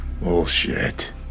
bullshit